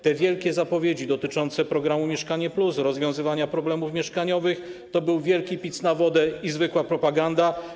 Te wielkie zapowiedzi dotyczące programu „Mieszkanie+”, rozwiązywania problemów mieszkaniowych to był wielki pic na wodę i zwykła propaganda.